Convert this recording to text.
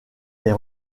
les